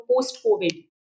post-COVID